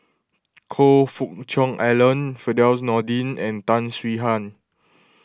Choe Fook Cheong Alan Firdaus Nordin and Tan Swie Hian